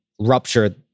rupture